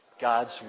God's